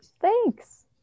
Thanks